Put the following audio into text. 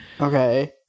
Okay